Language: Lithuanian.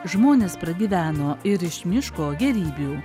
žmonės pragyveno ir iš miško gėrybių